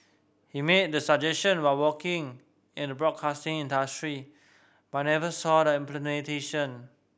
he made the suggestion while working in the broadcasting industry but never saw the implementation